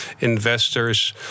investors